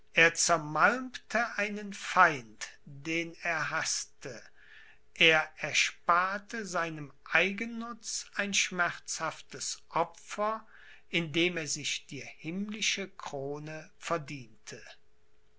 zermalmte einen feind den er haßte er ersparte seinem eigennutz ein schmerzhaftes opfer indem er sich die himmlische krone verdiente